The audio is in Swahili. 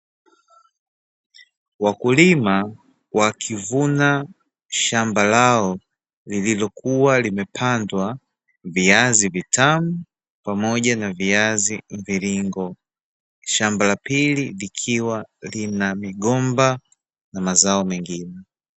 Wakulima wakivuna shamba lao, lililokuwa limepandwa viazi vitamu, pamoja na viazi mviringo. Shamba la pili likiwa lina migomba, na mazao mengine.